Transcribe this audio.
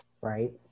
right